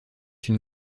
une